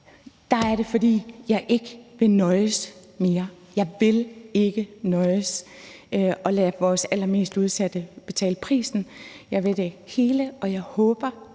er det, fordi jeg ikke vil nøjes mere. Jeg vil ikke nøjes og lade vores allermest udsatte betale prisen. Jeg vil det hele, og jeg håber,